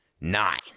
nine